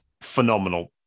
phenomenal